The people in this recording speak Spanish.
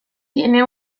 tiene